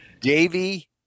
Davey